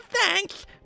thanks